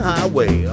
Highway